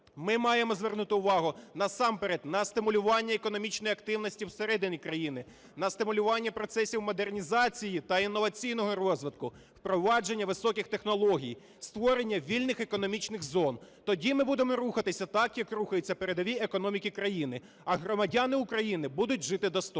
Ми маємо звернути увагу, насамперед, на стимулювання економічної активності всередині країни, на стимулювання процесів модернізації та інноваційного розвитку, впровадження високих технологій, створення вільних економічних зон. Тоді ми будемо рухатися так, як рухаються передові економіки і країни, а громадяни України будуть жити достойно.